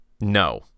No